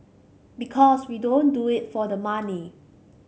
because we don't do it for the money